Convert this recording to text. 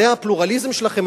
זה הפלורליזם שלכם?